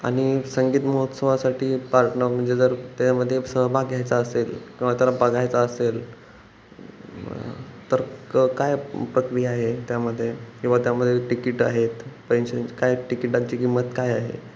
आणि संगीत महोत्सवासाठी पार्ट न म्हणजे जर त्याच्यामध्ये सहभाग घ्यायचा असेल किंवा त्याला बघायचा असेल तर क काय प्रक्रिया आहे त्यामध्ये किंवा त्यामध्ये तिकीटं आहेत पैशांची काय तिकीटांची किंमत काय आहे